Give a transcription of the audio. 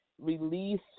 release